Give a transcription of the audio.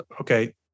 okay